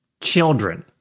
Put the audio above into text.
children